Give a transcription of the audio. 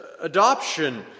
adoption